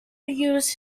used